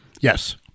Yes